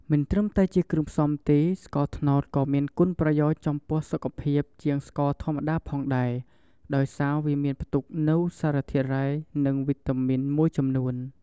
មិនត្រឹមតែជាគ្រឿងផ្សំទេ ស្ករត្នោតក៏មានគុណប្រយោជន៍ចំពោះសុខភាពជាងស្ករសធម្មតាផងដែរ ដោយសារវាផ្ទុកនូវសារធាតុរ៉ែ និងវីតាមីនមួយចំនួន។